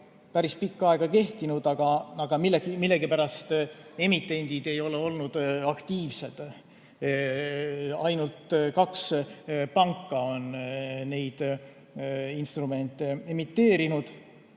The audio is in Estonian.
päris pikka aega kehtinud, aga millegipärast emitendid ei ole olnud aktiivsed. Ainult kaks panka on neid instrumente emiteerinud.